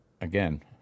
again